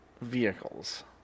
vehicles